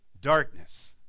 darkness